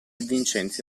vincenzi